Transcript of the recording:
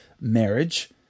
marriage